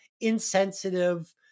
insensitive